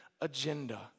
agenda